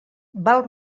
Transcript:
val